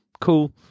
cool